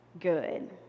good